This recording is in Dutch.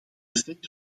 effect